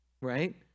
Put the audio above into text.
Right